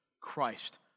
Christ